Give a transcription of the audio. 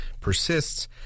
persists